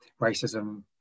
racism